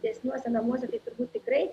didesniuose namuose tai turbūt tikrai